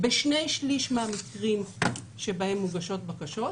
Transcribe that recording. בשני שלישים מהמקרים שבהם מוגשות בקשות,